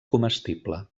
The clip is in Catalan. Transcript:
comestible